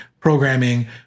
programming